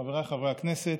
חבריי חברי הכנסת,